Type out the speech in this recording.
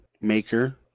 maker